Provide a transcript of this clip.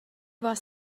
vás